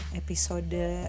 episode